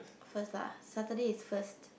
first lah Saturday is first